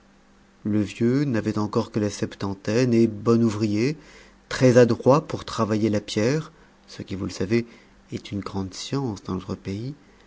le vieux n'avait encore que la septantaine et bon ouvrier très adroit pour travailler la pierre ce qui vous le savez est une grande science dans nos pays